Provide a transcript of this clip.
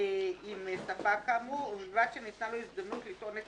עם ספק כאמור, ובלבד שניתנה לו הזדמנות לטעון את